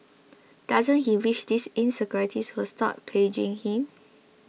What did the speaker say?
doesn't he wish these insecurities would stop plaguing him